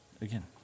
again